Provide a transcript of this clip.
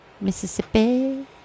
Mississippi